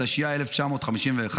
התשי"א 1951,